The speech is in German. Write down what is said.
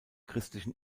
christlichen